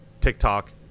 TikTok